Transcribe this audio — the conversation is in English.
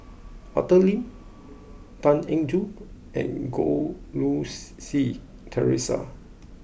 Arthur Lim Tan Eng Joo and Goh Rui Si Theresa